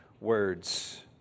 words